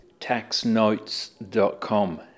taxnotes.com